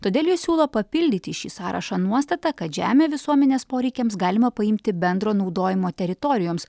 todėl jie siūlo papildyti šį sąrašą nuostata kad žemę visuomenės poreikiams galima paimti bendro naudojimo teritorijoms